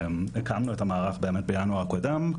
הקמנו את המערך באמת בחודש ינואר הקודם.